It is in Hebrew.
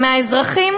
והאזרחים,